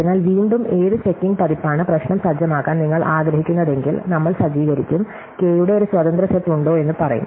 അതിനാൽ വീണ്ടും ഏത് ചെക്കിംഗ് പതിപ്പാണ് പ്രശ്നം സജ്ജമാക്കാൻ നിങ്ങൾ ആഗ്രഹിക്കുന്നതെങ്കിൽനമ്മൾ സജ്ജീകരിക്കും കെ യുടെ ഒരു സ്വതന്ത്ര സെറ്റ് ഉണ്ടോ എന്ന് പറയും